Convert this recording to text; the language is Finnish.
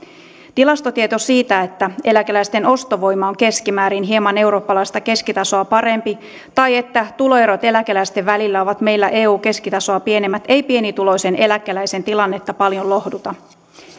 tilastotieto siitä että eläkeläisten ostovoima on keskimäärin hieman eurooppalaista keskitasoa parempi tai että tuloerot eläkeläisten välillä ovat meillä eun keskitasoa pienemmät ei pienituloisen eläkeläisen tilanteessa paljon lohduta